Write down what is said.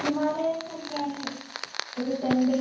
ഹിമാലയന് എത്ര ആണ് ഒരു ടെൻ ഡേയ്സ്